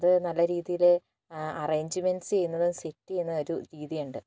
അത് നല്ലരീതിയില് അറേഞ്ച്മെൻസ് ചെയ്യുന്നത് സെറ്റ് ചെയ്യുന്ന ഒരു രീതിയുണ്ട്